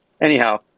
Anyhow